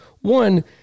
One